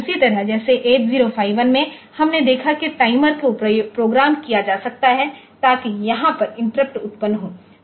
ठीक उसी तरह जैसे 8051 में हमने देखा है कि टाइमर को प्रोग्राम किया जा सकता है ताकि यहाँ पर इंटरप्ट उत्पन्न हो